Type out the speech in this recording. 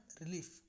relief